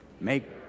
Make